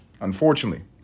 unfortunately